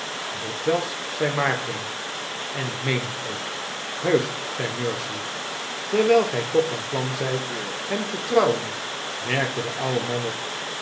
dikwijls zei maarten en ik meen het ook heusch zei mercy terwijl gij toch van plan zijt hem te trouwen merkte de oude man op